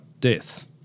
death